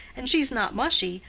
and she's not mushy,